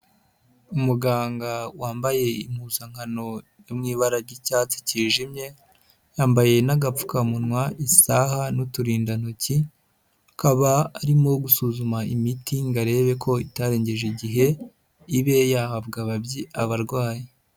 Umuganga wambaye impuzankano yo mu ibara ry'icyatsi cyijimye, yambaye n'agapfukamunwa, isaha n'uturindantoki, hakaba harimo gusuzuma imiti ngo arebe ko itarengeje igihe ibe yahabwa abarwayi.